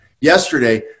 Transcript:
yesterday